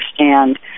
understand